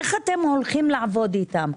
איך אתם הולכים לעבוד איתם?